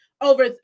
over